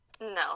no